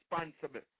responsible